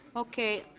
okay.